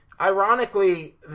ironically